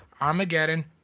Armageddon